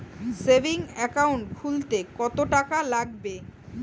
Savings account খুলতে কতটাকা লাগবে?